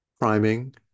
priming